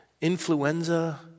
influenza